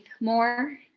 more